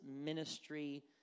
ministry